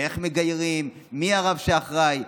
איך מגיירים ומי הרב שאחראי.